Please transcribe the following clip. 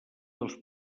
dels